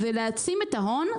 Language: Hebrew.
זה להעצים את ההון,